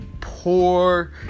poor